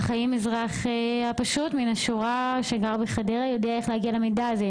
האם האזרח הפשוט מן השורה יודע איך להגיע למידע הזה?